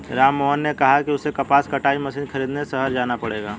राममोहन ने कहा कि उसे कपास कटाई मशीन खरीदने शहर जाना पड़ेगा